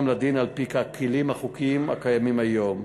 לדין על-פי הכלים החוקיים הקיימים היום.